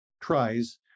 tries